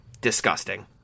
Disgusting